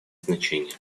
значение